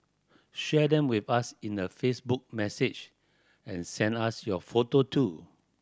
share them with us in a Facebook message and send us your photo too